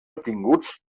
obtinguts